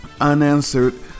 Unanswered